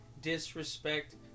disrespect